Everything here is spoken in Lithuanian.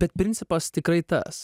bet principas tikrai tas